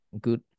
good